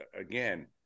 again